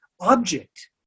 object